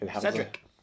Cedric